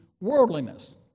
worldliness